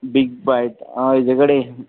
बीग बायट हेजे कडेन